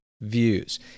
views